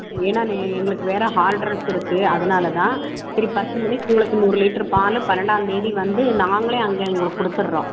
ஏனால் எங்களுக்கு வேறு ஹார்டர்ஸ் இருக்குது அதனால் தான் சரி பத்து மணிக்கு உங்களுக்கு நூறு லிட்ரு பால் பன்னெரெண்டாந்தேதி வந்து நாங்களே அங்கே உங்களுக்கு கொடுத்துட்றோம்